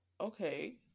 Okay